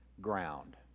ground